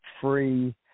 free